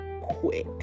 quick